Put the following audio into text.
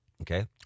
Okay